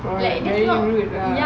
like dia not ya